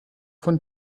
von